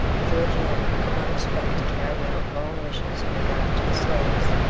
georgiana could not expect to carry out her own wishes in regard to the slaves,